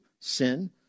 sin